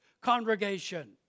congregation